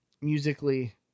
musically